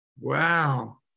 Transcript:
Wow